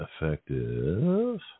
effective